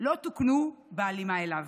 לא תוקנו בהלימה אליו,